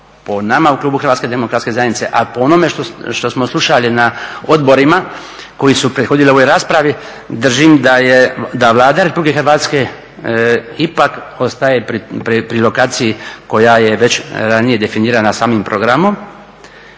Po nama u klubu Hrvatske demokratske zajednice a po onome što smo slušali na odborima koji su prethodili ovoj raspravi držim da je, da Vlada Republike Hrvatske ipak ostaje pri lokaciji koja je već ranije definirana samim programom